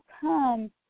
come